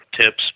tips